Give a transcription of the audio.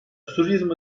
turizm